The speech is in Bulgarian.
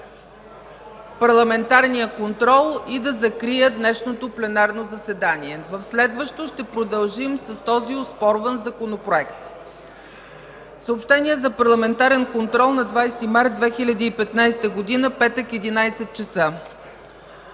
Парламентарния контрол и да закрия днешното пленарно заседание, а в следващо ще продължим с този оспорван Законопроект. Съобщения за Парламентарен контрол на 20 март 2015 г., петък, 11,00